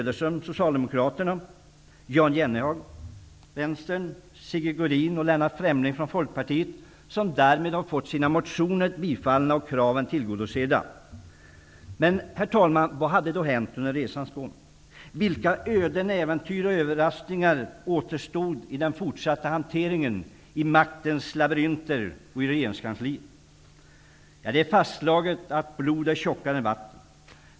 Det har funnits krav i motioner från Elvy Söderström, Herr talman! Vad har då hänt under resans gång? Vilka öden, äventyr och överraskningar återstår i den fortsatta hanteringen i maktens labyrinter i regeringskansliet? Det är fastslaget att blod är tjockare än vatten.